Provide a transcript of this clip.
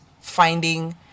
finding